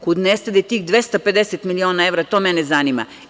Kud nestade tih 250 miliona evra, to mene zanima?